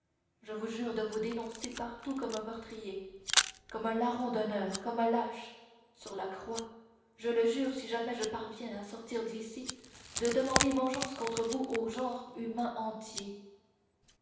je jure de vous dénoncer partout comme un meurtrier comme un larron d'honneur comme un lâche sur la croix je jure si jamais je parviens à sortir d'ici de demander vengeance contre vous au genre humain entier